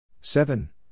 seven